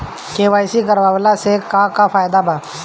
KYC करवला से का का फायदा बा?